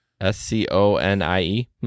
S-C-O-N-I-E